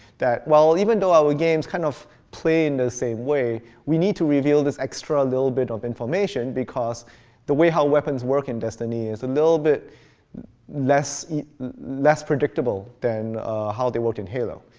that, well, even though our games kind of play in the same way, we need to reveal this extra little bit of information, because the way how weapons work in destiny is a little bit less less predictable than how they work in halo.